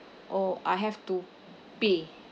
or I have to pay